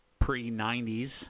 pre-90s